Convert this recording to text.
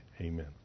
Amen